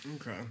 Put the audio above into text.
Okay